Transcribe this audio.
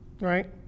right